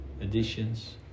additions